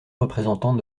représentante